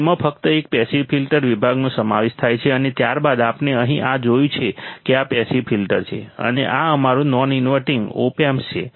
તેમાં ફક્ત એક પેસિવ ફિલ્ટર વિભાગનો સમાવેશ થાય છે અને ત્યારબાદ આપણે અહીં આ જોયું છે કે આ પેસિવ ફિલ્ટર છે અને આ અમારું નોન ઈન્વર્ટીંગ ઓપ એમ્પ છે